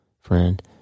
friend